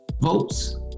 votes